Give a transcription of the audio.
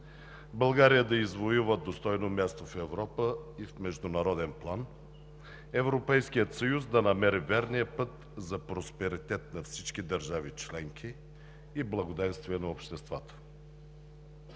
България да извоюва достойно място в Европа и в международен план! Европейският съюз да намери верния път за просперитет на всички държави членки и благоденствие на обществата!